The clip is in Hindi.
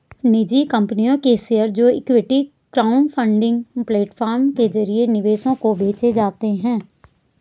निजी कंपनियों के शेयर जो इक्विटी क्राउडफंडिंग प्लेटफॉर्म के जरिए निवेशकों को बेचे जाते हैं